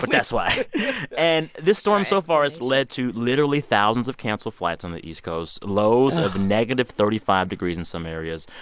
but that's why and this storm so far has led to literally thousands of canceled flights on the east coast, lows of negative thirty five degrees in some areas,